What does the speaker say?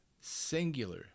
singular